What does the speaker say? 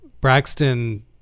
Braxton